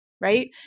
right